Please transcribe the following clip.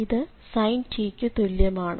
ഇത് sin t ക്കു തുല്യമാണ്